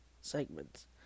segments